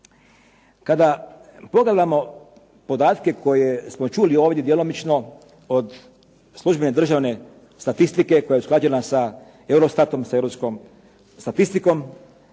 Kada pogledamo podatke koje smo čuli ovdje djelomično od službene državne statistike koja je usklađena sa EUROSTATOM i europskom statistikom,